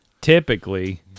typically